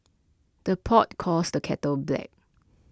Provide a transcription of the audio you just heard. the pot calls the kettle black